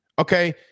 Okay